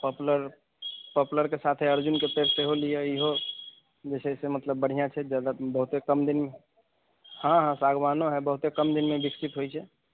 poplar पॉपलरके साथे अर्जुनके पेड़ सेहो लिअ इहो जे छै से मतलब बढ़िआँ छै जगह बहुते कम दिनमे हँ हँ सागवानो है बहुते कम दिनमे विकसित होइत छै